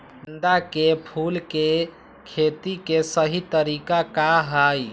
गेंदा के फूल के खेती के सही तरीका का हाई?